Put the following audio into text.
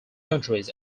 countries